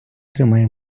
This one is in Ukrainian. тримає